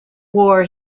war